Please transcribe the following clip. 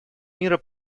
мира